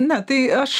ne tai aš